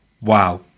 wow